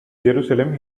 jerusalem